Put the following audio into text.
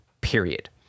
period